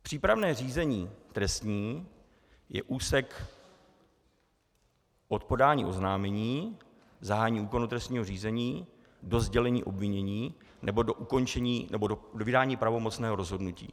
Přípravné řízení trestní je úsek od podání oznámení, zahájení úkonů trestního řízení do sdělení obvinění nebo do vydání pravomocného rozhodnutí.